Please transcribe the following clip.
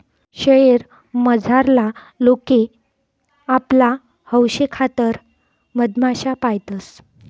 शयेर मझारला लोके आपला हौशेखातर मधमाश्या पायतंस